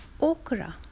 okra